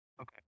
Okay